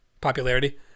popularity